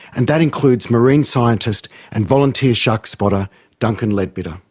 and that includes marine scientist and volunteer shark spotter duncan leadbitter.